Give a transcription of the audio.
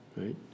right